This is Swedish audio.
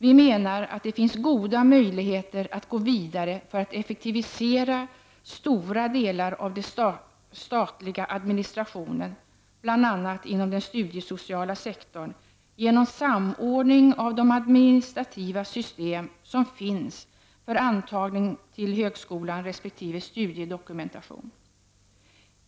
Vi menar att det finns goda möjligheter att gå vidare för att effektivisera stora delar av den statliga administrationen, bl.a. inom den studiesociala sektorn, genom samordning av de administrativa system som finns för antagning till högskolan resp. studiedokumentation.